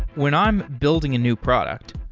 when i'm building a new product,